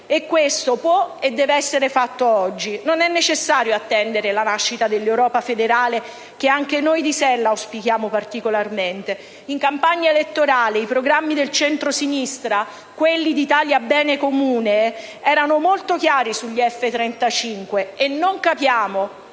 questo può e deve essere fatto oggi: non è necessario attendere la nascita dell'Europa federale, che anche noi di SEL auspichiamo particolarmente. In campagna elettorale i programmi del centrosinistra, quelli di Italia Bene Comune, erano molto chiari sugli F-35 e non capiamo,